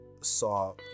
saw